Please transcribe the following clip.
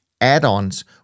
add-ons